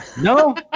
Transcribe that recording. No